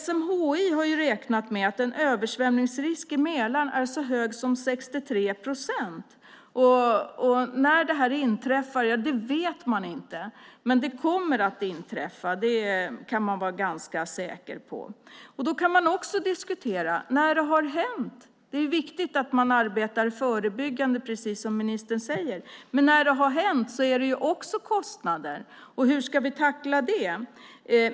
SMHI har räknat ut att översvämningsrisken i Mälaren är så hög som 63 procent. När denna översvämning ska inträffa vet man inte, men den kommer att inträffa. Det kan man vara ganska säker på. Det är viktigt att man arbetar förebyggande, precis som ministern säger, men när det har hänt blir det också kostnader. Hur ska vi tackla dem?